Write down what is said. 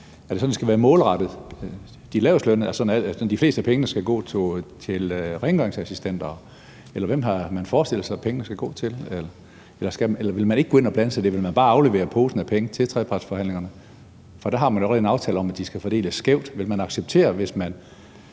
Er det sådan, at det skal være målrettet de lavestlønnede, altså sådan at de fleste af pengene skal gå til rengøringsassistenter? Hvem har man forestillet sig at pengene skal gå til? Eller vil man ikke gå ind og blande sig i det? Vil man bare aflevere posen af penge til trepartsforhandlingerne? For der har man jo en aftale om, at de skal fordeles skævt. Hvis man